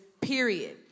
period